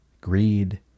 greed